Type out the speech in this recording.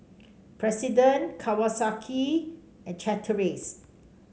President Kawasaki and Chateraise